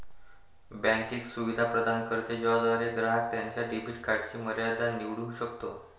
bank एक सुविधा प्रदान करते ज्याद्वारे ग्राहक त्याच्या डेबिट कार्डची मर्यादा निवडू शकतो